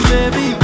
Baby